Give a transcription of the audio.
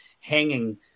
hanging